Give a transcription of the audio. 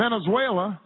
Venezuela